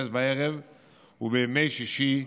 ובימי שישי,